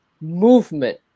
movement